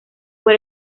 por